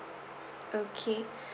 okay